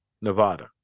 Nevada